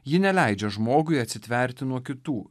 ji neleidžia žmogui atsitverti nuo kitų